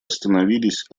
остановились